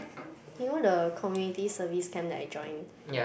you know the Community Service camp that I joined